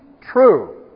true